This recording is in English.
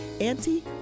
auntie